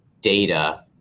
data